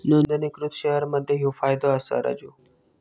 नोंदणीकृत शेअर मध्ये ह्यो फायदो असा राजू